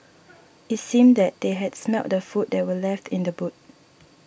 it seemed that they had smelt the food that were left in the boot